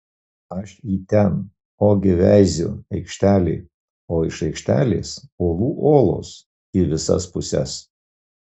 aš į ten ogi veiziu aikštelė o iš aikštelės olų olos į visas puses